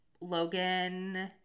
Logan